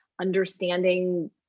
understanding